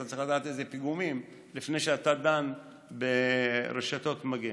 אתה צריך לדעת איזה פיגומים לפני שאתה דן ברשתות מגן.